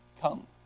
come